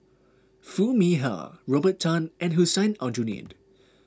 Foo Mee Har Robert Tan and Hussein Aljunied